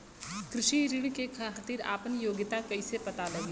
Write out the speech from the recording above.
कृषि ऋण के खातिर आपन योग्यता कईसे पता लगी?